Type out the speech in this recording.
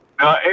No